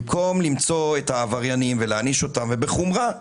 במקום למצוא את העבריינים ולהעניש אותם בחומרה כראוי,